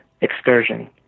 excursion